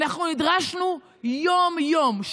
אנחנו נדרשנו יום-יום,